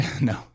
No